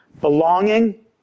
Belonging